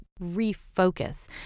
refocus